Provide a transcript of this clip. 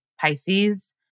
Pisces